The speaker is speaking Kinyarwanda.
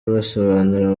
basohora